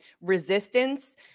resistance